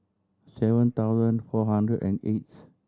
seven thousand four hundred and eighth